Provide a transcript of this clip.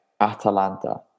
Atalanta